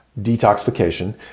detoxification